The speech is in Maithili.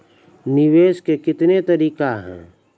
निवेश के कितने तरीका हैं?